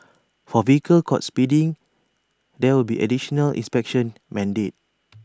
for vehicles caught speeding there will be additional inspections mandated